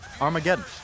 Armageddon